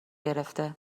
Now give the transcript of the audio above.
گرفته